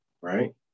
right